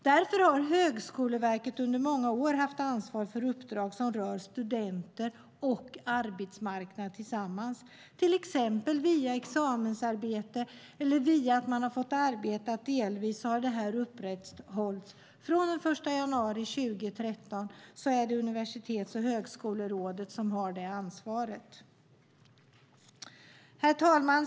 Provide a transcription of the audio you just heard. Därför har Högskoleverket under många år haft ansvar för uppdrag som rör studenter och arbetsmarknad tillsammans, till exempel via examensarbete eller att man har fått arbeta delvis. Från den 1 januari 2013 är det Universitets och högskolerådet som har det ansvaret. Herr talman!